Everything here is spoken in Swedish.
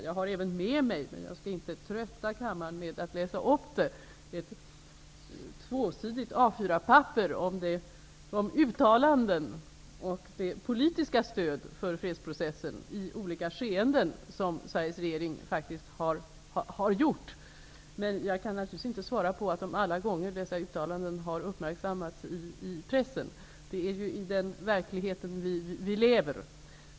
Jag har även med mig ett tvåsidigt A4-papper med uttalanden och det politiska stödet för fredsprocessen i olika skeenden som Sveriges regering faktiskt har gjort. Jag skall emellertid inte trötta kammaren med att läsa upp det. Men jag kan naturligtvis inte svara att dessa uttalanden alla gånger har uppmärksammats i pressen. Det är ju i den verkligheten som vi lever.